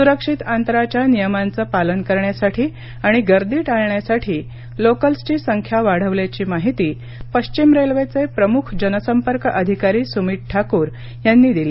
सुरक्षित अंतराच्या नियमांचं पालन करण्यासाठी आणि गर्दी टाळण्यासाठी लोकल्सची संख्या वाढवल्याची माहिती पश्चिम रेल्वेचे प्रमुख जनसंपर्क अधिकारी सुमीत ठाकूर यांनी दिली